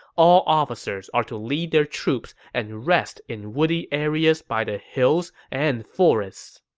all officers are to lead their troops and rest in woody areas by the hills and forests.